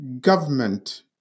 government